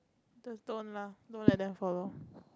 the don't lah no like then follow